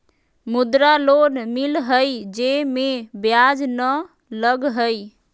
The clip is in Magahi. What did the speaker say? मुद्रा लोन मिलहई जे में ब्याज न लगहई?